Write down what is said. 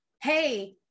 hey